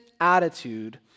attitude